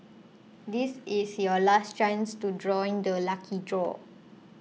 this is your last chance to join the lucky draw